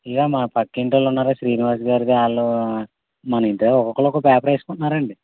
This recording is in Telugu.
ఇదిగో మా పక్కింటోళ్ళు ఉన్నార శ్రీనివాసుగారాళ్ళు మన ఇంటికాడ ఒకొక్కరు ఒక్కొక్కపేపర్ వేసుకుంటున్నారండి